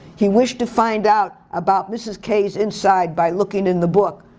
he wished to find out about mrs. k's inside by looking in the book.